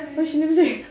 but she never say